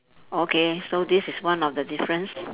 okay so this is one of the difference